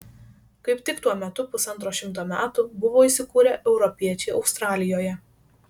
kaip tik tuo metu pusantro šimto metų buvo įsikūrę europiečiai australijoje